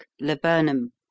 laburnum